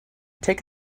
take